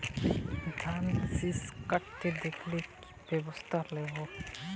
ধানের শিষ কাটতে দেখালে কি ব্যবস্থা নেব?